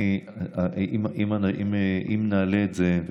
אם נעלה את זה,